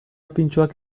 pintxoak